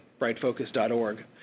brightfocus.org